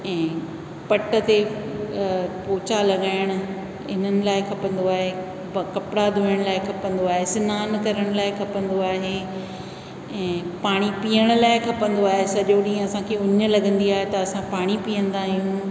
ऐं पट ते पोछा लॻाइणु इन्हनि लाइ खपंदो आहे कपिड़ा धोइण लाइ खपंदो आहे सनानु करण लाइ खपंदो आहे ऐं पाणी पीअण लाइ खपंदो आहे सॼो ॾींहुं असांखे उञ लॻंदी आहे त असां पाणी पीअंदा आहियूं